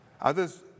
others